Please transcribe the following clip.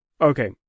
Okay